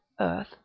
earth